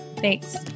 Thanks